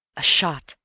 a shot!